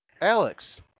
Alex